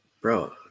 bro